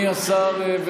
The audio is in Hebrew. אני אסביר.